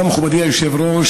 תודה, מכובדי היושב-ראש.